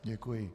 Děkuji.